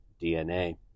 DNA